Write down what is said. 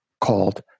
called